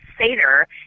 seder